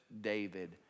David